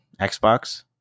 xbox